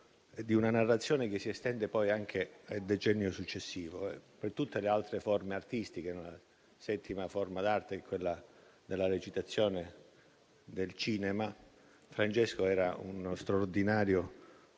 di una narrazione che si estende poi anche al decennio successivo anche con le altre forme artistiche. La settima forma d'arte sono la recitazione e il cinema. Francesco aveva uno straordinario